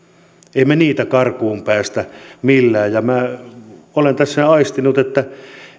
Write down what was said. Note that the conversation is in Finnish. emme me niitä karkuun pääse millään ja minä olen tässä aistinut että